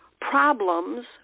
problems